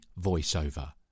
voiceover